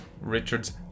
Richards